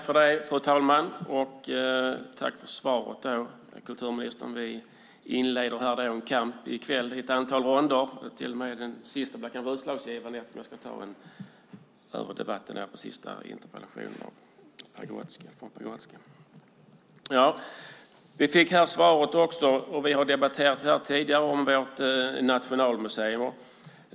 Fru talman! Tack för svaret, kulturministern! Vi inleder här i kväll en kamp i ett antal ronder. Jag ska till och med ta över debatten om den sista interpellationen från Pagrotsky. Jag fick här svaret, och vi har tidigare debatterat vårt Nationalmuseum.